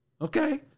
Okay